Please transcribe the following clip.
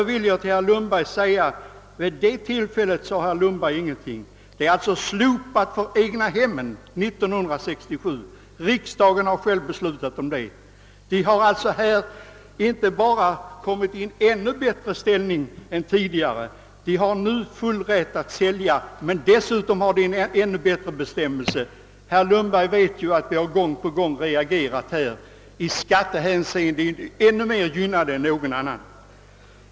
Vid det tillfället sade herr Lundberg ingenting. Kontrollen slopades alltså år 1967 för egnahem — riksdagen fattade själv beslut i saken. Vederbörande har kommit i en ännu bättre ställning än tidigare — de har full rätt att sälja och kan dessutom utnyttja en förmånligare skattebestämmelse. Herr Lundberg vet att vi gång på gång reagerat härvidlag; i skattehänseende är denna grupp mera gynnad än någon annan.